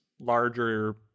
larger